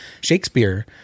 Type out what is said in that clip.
Shakespeare